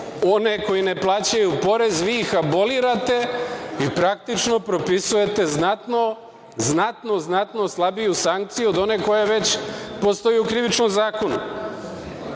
one koji ne plaćaju porez? Vi ih abolirate i praktično propisujete znatno slabiju sankciju od one koje već postoji u Krivičnom zakonu. Još